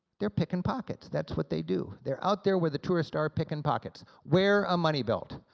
they're picking pockets, that's what they do. they're out there where the tourists are picking pockets. wear a money belt.